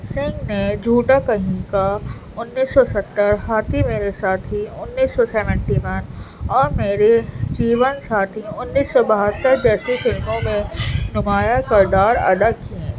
سنگھ نے جھوٹا کہیں کا انّیس سو ستّر ہاتھی میرے ساتھی انّیس سو سیونٹی ون اور میرے جیون ساتھی انّیس سو بہتّر جیسی فلموں میں نمایاں کردار ادا کیے